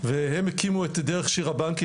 והם הקימו את 'דרך שירה בנקי',